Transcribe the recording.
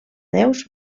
déus